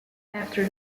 after